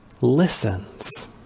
listens